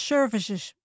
Services